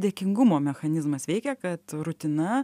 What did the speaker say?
dėkingumo mechanizmas veikia kad rutina